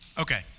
Okay